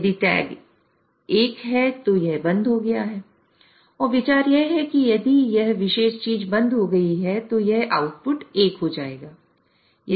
यदि टैग 1 है तो यह बंद हो गया है और विचार यह है कि यदि यह विशेष चीज बंद हो गई है तो यह आउटपुट 1 हो जाएगा